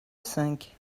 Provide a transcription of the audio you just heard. cinq